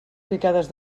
picades